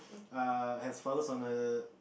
err has flowers on her